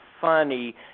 funny